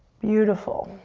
beautiful.